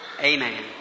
Amen